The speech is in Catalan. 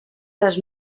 dels